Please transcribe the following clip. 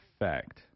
effect